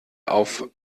auf